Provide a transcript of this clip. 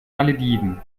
malediven